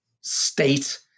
state